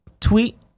tweet